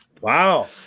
Wow